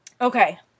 Okay